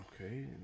Okay